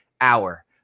hour